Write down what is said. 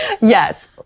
Yes